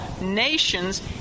nations